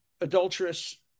adulterous